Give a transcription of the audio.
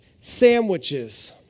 sandwiches